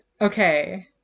Okay